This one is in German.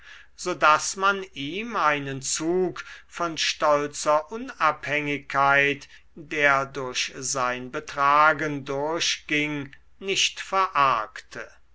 so daß man ihm einen zug von stolzer unabhängigkeit der durch sein betragen durchging nicht